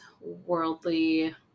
worldly